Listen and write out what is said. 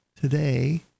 today